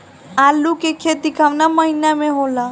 आलू के खेती कवना महीना में होला?